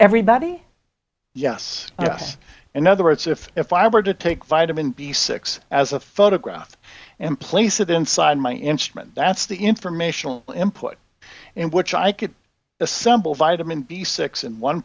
everybody yes yes in other words if if i were to take vitamin b six as a photograph and place it inside my instrument that's the informational input in which i could assemble vitamin b six and one